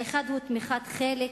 האחד הוא תמיכת חלק